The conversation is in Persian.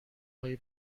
هایی